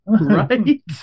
Right